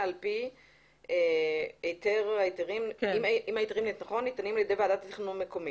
אם ההיתרים ניתנים על ידי ועדת התכנון המקומית.